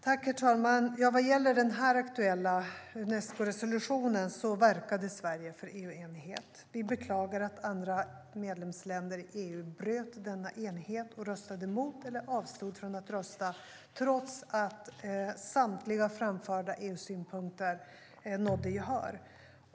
Herr talman! Vad gäller den aktuella Unescoresolutionen verkade Sverige för EU-enighet. Vi beklagar att andra medlemsländer i EU bröt denna enighet och röstade emot eller avstod från att rösta, trots att samtliga framförda EU-synpunkter fick gehör.